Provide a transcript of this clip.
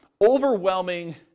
overwhelming